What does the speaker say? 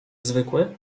zwykły